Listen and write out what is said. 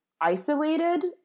isolated